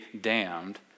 damned